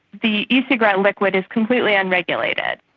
the ecigarettes liquid is completely unregulated.